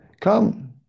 come